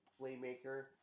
playmaker